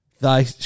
thy